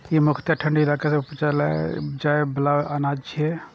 ई मुख्यतः ठंढा इलाका मे उपजाएल जाइ बला अनाज छियै